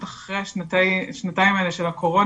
בטח אחרי השנתיים האלה של הקורונה,